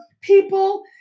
people